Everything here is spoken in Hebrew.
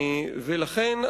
ולכן,